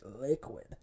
liquid